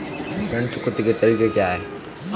ऋण चुकौती के तरीके क्या हैं?